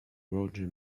roger